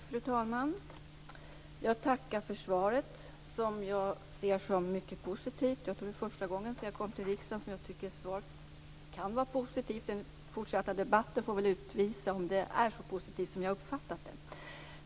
Fru talman! Jag tackar för svaret, som jag ser som mycket positivt. Jag tror att det är första gången sedan jag kom till riksdagen som jag tycker ett svar kan vara positivt. Den fortsatta debatten får väl utvisa om det är så positivt som jag uppfattat det.